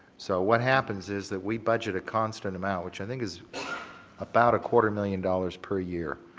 so what happens is that we budget a constant amount which i think is about a quarter million dollars per year.